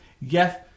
Yes